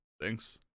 Thanks